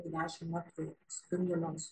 tai dešimt metrų spinduliams